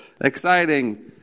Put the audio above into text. exciting